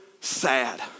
sad